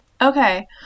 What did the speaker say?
okay